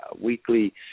weekly